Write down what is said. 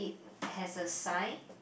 has a sign